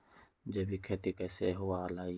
जैविक खेती कैसे हुआ लाई?